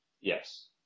Yes